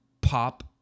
pop